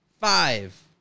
Five